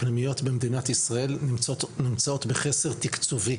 סכנת סגירה לפנימיות האגודה לקידום החינוך.